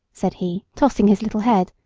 said he, tossing his little head,